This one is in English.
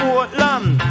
Portland